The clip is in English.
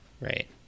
right